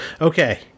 Okay